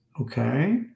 Okay